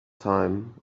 time